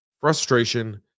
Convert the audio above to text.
frustration